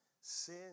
sin